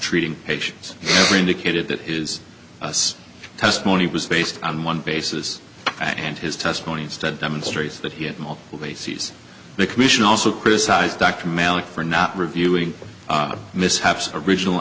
treating patients indicated that his us testimony was based on one basis and his testimony instead demonstrates that he had multiple bases the commission also criticized dr malloch for not reviewing mishaps original